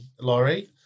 Laurie